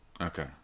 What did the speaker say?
Okay